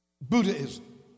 Buddhism